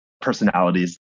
personalities